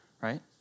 right